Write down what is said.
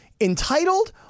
entitled